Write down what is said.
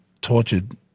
tortured